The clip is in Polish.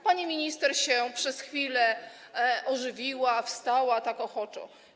Pani minister się przez chwilę ożywiła, wstała, tak ochoczo.